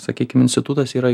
sakykim institutas yra